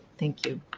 thank you